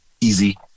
easy